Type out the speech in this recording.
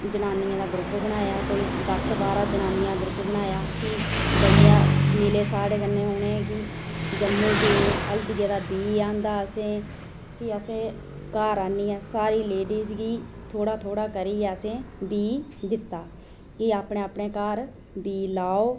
जनानियां दा ग्रूप बनाया कोई दस्स बारां जनानियां दा ग्रूुप बनाया फ्ही भइया मिले साढ़े कन्नै प्ही जम्मू गे प्ही हल्दिया दा बीह् आह्नेआ असें फ्ही असें घर आह्नियै सारी लेडीज़ गी थोह्ड़ा थोह्ड़ा करियै असें बीऽ दित्ता एह् अपने अपने घर बीऽ लाओ